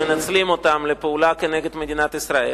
שמנצלים אותן לפעולה כנגד מדינת ישראל.